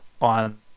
on